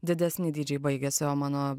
didesni dydžiai baigiasi o mano